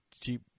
cheap